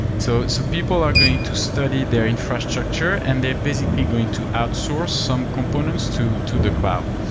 so so people are going to study their infrastructure and they're basically going to outsource some components to to the cloud.